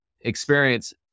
experience